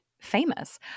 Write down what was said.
famous